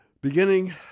beginning